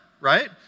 right